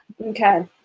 Okay